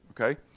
Okay